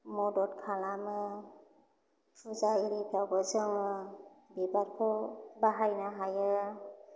मदद खालामो फुजा एरिफ्रावबो जोङो बिबारखौ बाहायनो हायो